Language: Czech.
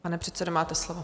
Pane předsedo, máte slovo.